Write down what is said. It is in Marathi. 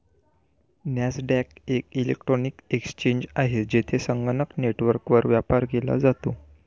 नॅसडॅक एक इलेक्ट्रॉनिक एक्सचेंज आहे, जेथे संगणक नेटवर्कवर व्यापार केला जातो